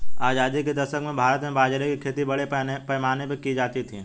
आजादी के दशक में भारत में बाजरे की खेती बड़े पैमाने पर की जाती थी